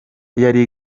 yari